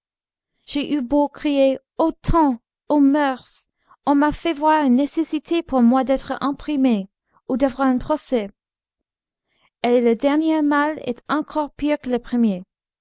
j'ai eu beau crier o temps ô moeurs on m'a fait voir une nécessité pour moi d'être imprimé ou d'avoir un procès et le dernier mal est encore pire que le premier